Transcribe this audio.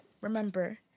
remember